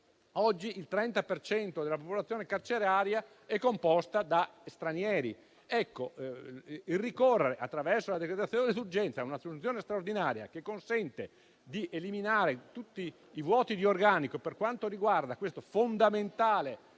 per cento della popolazione carceraria è composta da stranieri. Ricorrere, attraverso la decretazione d'urgenza, a un'assunzione straordinaria che consente di eliminare tutti i vuoti di organico per quanto riguarda questo fondamentale